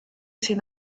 ses